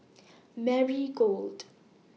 Marigold